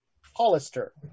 Hollister